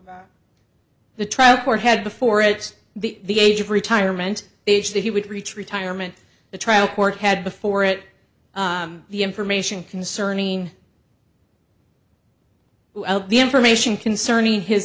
about the trial court had before it the age of retirement age that he would reach retirement the trial court had before it the information concerning the information concerning his